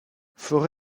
for